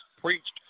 preached